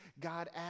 God